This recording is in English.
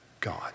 God